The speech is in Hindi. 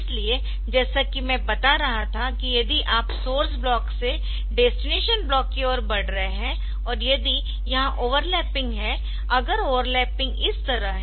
इसलिए जैसा कि मैं बता रहा था कि यदि आप सोर्स ब्लॉक से डेस्टिनेशन ब्लॉक की ओर बढ़ रहे है और यदि यहाँ ओवरलैपिंग है अगर ओवरलैपिंग इस तरह है